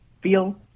feel